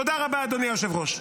תודה רבה, אדוני היושב-ראש.